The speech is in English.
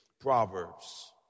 Proverbs